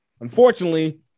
Unfortunately